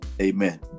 amen